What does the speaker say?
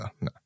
No